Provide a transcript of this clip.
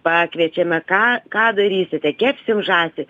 pakviečiame ką ką darysite kepsim žąsį